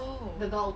oh